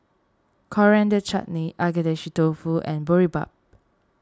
Coriander Chutney Agedashi Dofu and Boribap